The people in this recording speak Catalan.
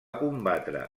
combatre